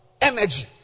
energy